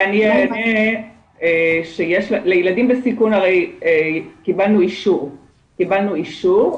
לילדים בסיכון קיבלנו אישור,